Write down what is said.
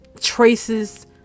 traces